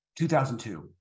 2002